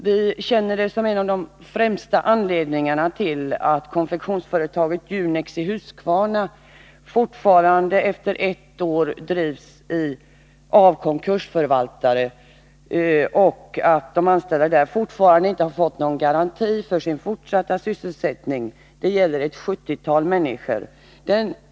Vi känner detta som en av de främsta anledningarna till att konfektionsföretaget Junex i Huskvarna sedan ett år tillbaka drivs av konkursförvaltare och att de anställda ännu inte fått några garantier beträffande fortsatt sysselsättning — det gäller ett sjuttiotal människor.